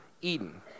eden